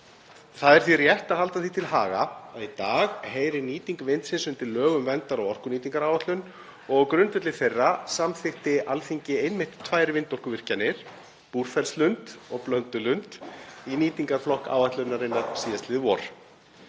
Það er því rétt að halda því til haga að í dag heyrir nýting vindsins undir lög um verndar- og orkunýtingaráætlun og á grundvelli þeirra samþykkti Alþingi einmitt tvær vindorkuvirkjanir, Búrfellslund og Blöndulund, í nýtingarflokk áætlunarinnar síðastliðið vor.